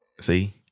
See